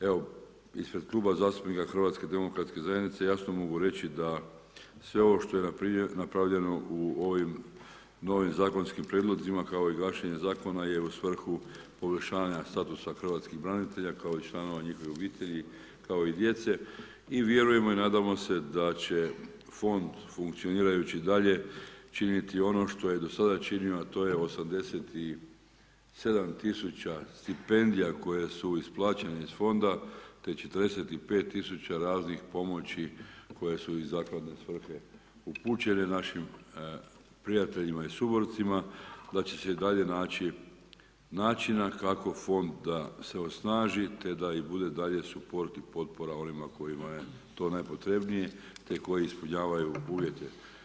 Evo, ispred Kluba zastupnika HDZ-a jasno mogu reći da sve ovo što je napravljeno u ovim novim zakonskim prijedlozima kao i gašenje Zakona je u svrhu poboljšanja statusa Hrvatskih branitelja i članova njihovih obitelji kao i djece, i vjerujemo i nadamo se da će fond funkcionirajući dalje činiti ono što je do sada činio a to je 87.000 stipendija koje su isplaćene iz Fonda te 45.000 raznih pomoći koje su iz zakladne svrhe upućene našim prijateljima i suborcima da će se i dalje naći načina kako Fond da se osnaži te da i dalje bude suport i potpora onima kojima je to najpotrebnije, te koji ispunjavaju uvjete.